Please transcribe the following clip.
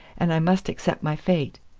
and i must accept my fate.